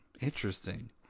interesting